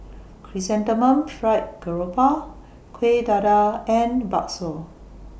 Chrysanthemum Fried Garoupa Kueh Dadar and Bakso